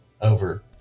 over